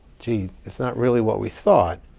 gee, it's not really what we thought.